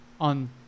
on